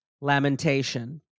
Lamentation